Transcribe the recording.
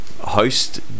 host